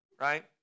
right